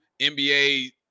NBA